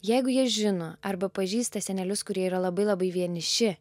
jeigu jie žino arba pažįsta senelius kurie yra labai labai vieniši